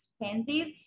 expensive